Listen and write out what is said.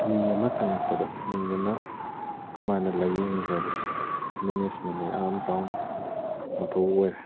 ꯃꯤ ꯑꯃ ꯆꯪꯉꯛꯄꯗ ꯃꯤ ꯑꯃ ꯀꯃꯥꯏꯅ ꯂꯥꯏꯌꯦꯡꯅꯤ ꯍꯥꯏꯕꯁꯤ ꯃꯦꯅꯦꯖꯃꯦꯟꯗ ꯌꯥꯝ ꯆꯥꯎꯅ ꯃꯊꯧ ꯑꯣꯏꯔꯦ